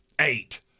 eight